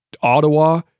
Ottawa